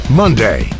monday